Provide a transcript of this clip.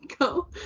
go